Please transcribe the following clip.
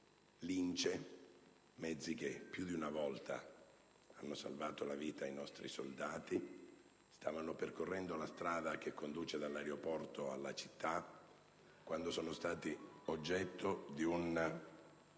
«Lince», che più di una volta hanno salvato la vita ai nostri soldati, stavano percorrendo la strada che conduce dall'aeroporto alla città quando sono stati oggetto di un